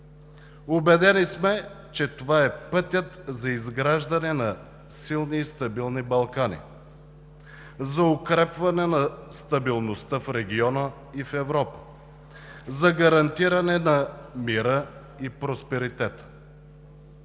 Убедени сме, че това е пътят за изграждане на силни и стабилни Балкани, за укрепване на стабилността в региона и в Европа, за гарантиране на мира и просперитета.